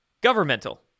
governmental